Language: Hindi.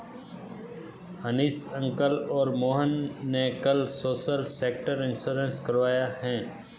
हनीश अंकल और मोहन ने कल सोशल सेक्टर इंश्योरेंस करवाया है